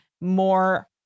more